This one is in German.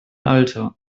alter